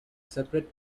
separate